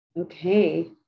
Okay